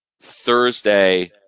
Thursday